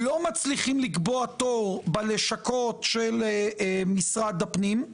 לא מצליחים לקבוע תור בלשכות משרד הפנים,